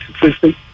consistent